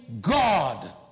God